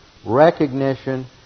recognition